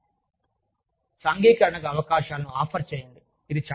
సాంఘికీకరణకు అవకాశాలను ఆఫర్ చేయండి